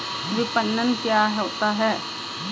विपणन क्या होता है?